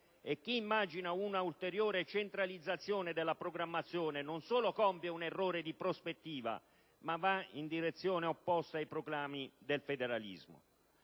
e chi immagina un'ulteriore centralizzazione della programmazione non solo compie un errore di prospettiva, ma va in direzione opposta ai proclami del federalismo.